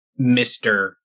Mr